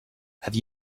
have